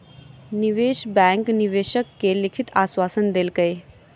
निवेश बैंक निवेशक के लिखित आश्वासन देलकै